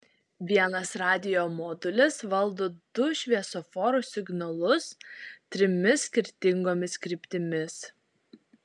vienas radijo modulis valdo du šviesoforo signalus trimis skirtingomis kryptimis